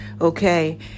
Okay